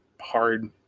hard